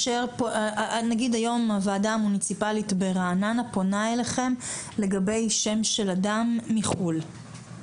נגיד היום הוועדה המוניציפלית ברעננה פונה אליכם לגבי שם של אדם מחו"ל,